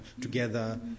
together